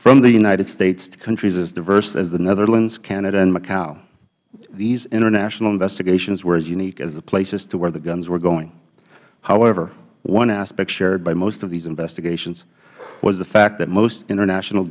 from the united states to countries as diverse as the netherlands canada and macau these international investigations were as unique as the places to where the guns were going however one aspect shared by most of these investigations was the fact that most international